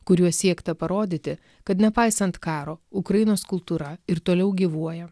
kuriuo siekta parodyti kad nepaisant karo ukrainos kultūra ir toliau gyvuoja